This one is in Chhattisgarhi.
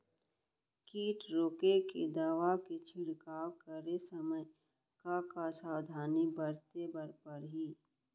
किट रोके के दवा के छिड़काव करे समय, का का सावधानी बरते बर परही?